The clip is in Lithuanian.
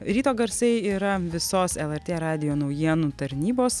ryto garsai yra visos lrt radijo naujienų tarnybos